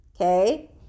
okay